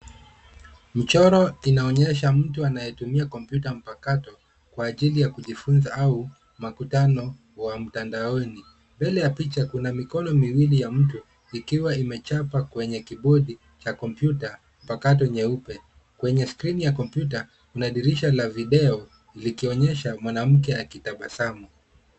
Mchoro inaonyesha mtu anayetumia kompyuta mpakato kwa ajili ya kujifunza au mkutano wa mtandaoni. Mbele ya picha kuna mikono miwili ya mtu ikiwa inachapa kwenye kibodi cha kompyuta mpakato nyeupe. Kwenye skrini ya kompyuta kuna dirisha la video likionyesha mwanamke akitabasamu.